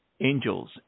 Angels